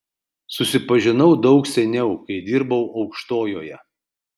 susipažinau daug seniau kai dirbau aukštojoje